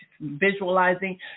visualizing